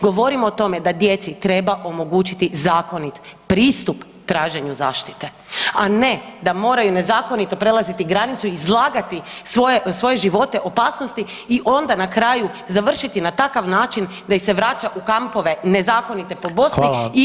Govorim o tome da djeci treba omogućit zakonit pristup traženju zaštite, a ne da moraju nezakonito prelaziti granicu i izlagati svoje živote opasnosti i onda na kraju završiti na takav način da ih se vraća u kampove nezakonite po Bosni i po Grčkoj i Turskoj.